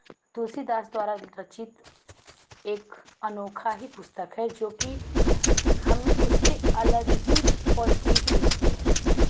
तुलसीदास द्वारा रचित एक अनोखा ही पुस्तक है जो कि हमें उससे अलग ही पोज़िटीविटी मिलती है